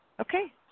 okay